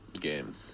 game